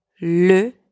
le